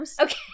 Okay